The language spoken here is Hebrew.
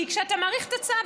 כי כשאתה מאריך את הצו,